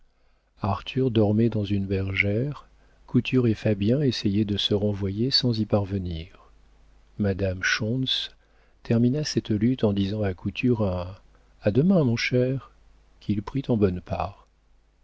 arthur dormait dans une bergère couture et fabien essayaient de se renvoyer sans y parvenir madame schontz termina cette lutte en disant à couture un a demain mon cher qu'il prit en bonne part